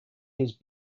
his